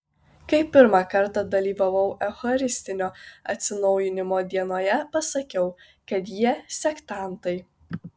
kai pirmą kartą dalyvavau eucharistinio atsinaujinimo dienoje pasakiau kad jie sektantai